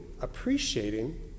appreciating